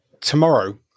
tomorrow